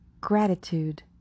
gratitude